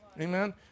Amen